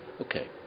Okay